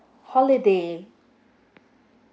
holiday